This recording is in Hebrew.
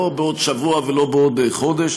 לא בעוד שבוע ולא בעוד חודש.